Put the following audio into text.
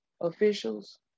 officials